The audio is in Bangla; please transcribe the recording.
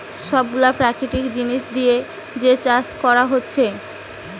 সব গুলা প্রাকৃতিক জিনিস দিয়ে যে চাষ কোরা হচ্ছে